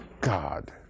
God